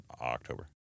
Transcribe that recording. October